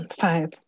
Five